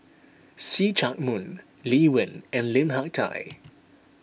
See Chak Mun Lee Wen and Lim Hak Tai